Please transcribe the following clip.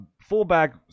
fullback